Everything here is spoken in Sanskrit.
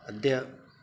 अद्य